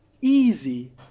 easy